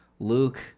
luke